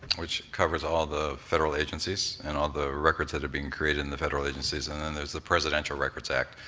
which covers all the federal agencies and all the records that are being created in the federal agencies, and then there's the presidential records act,